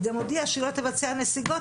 היא גם הודיעה שהיא לא תבצע נסיגות,